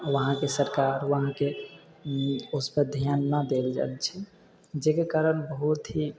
वहाँके सरकार वहाँके उसपर धिआन नहि देल जाइ छै जकर कारण बहुत ही